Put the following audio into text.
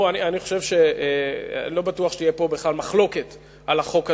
אני לא בטוח שתהיה פה בכלל מחלוקת על החוק הזה.